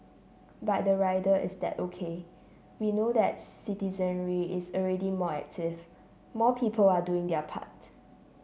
but the rider is that OK we know that citizenry is already more active more people are doing their part